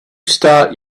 start